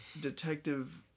detective